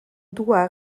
doit